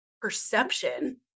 perception